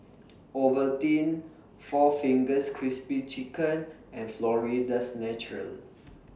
Ovaltine four Fingers Crispy Chicken and Florida's Natural